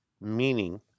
meaning